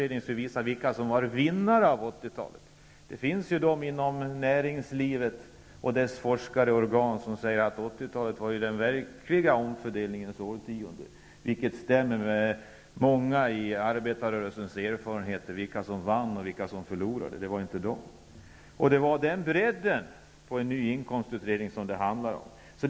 Det visar ju vilka som var vinnare på 80-talet. Det finns dem inom näringslivet och dess forskningsorgan som säger att 80-talet var den verkliga omfördelningens årtionde. Det stämmer väl med arbetarrörelsens erfarenheter av vilka som var vinnare och vilka som var förlorare. Motionen handlar om en inkomstutredning med en sådan bredd.